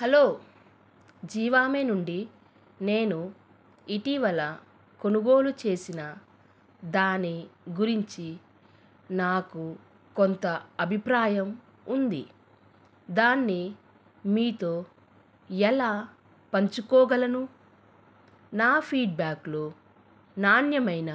hello Zivame నుండి నేను ఇటీవల కొనుగోలు చేసిన దాని గురించి నాకు కొంత అభిప్రాయం ఉంది దాన్ని మీతో ఎలా పంచుకోగలను నా ఫీడ్బ్యాక్లో నాణ్యమైన